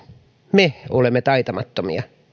me olemme taitamattomia